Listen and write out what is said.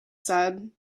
said